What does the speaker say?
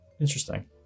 Interesting